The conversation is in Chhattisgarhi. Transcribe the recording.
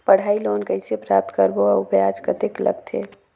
पढ़ाई लोन कइसे प्राप्त करबो अउ ब्याज कतेक लगथे?